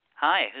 Hi